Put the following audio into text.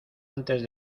antes